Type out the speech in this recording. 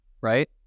Right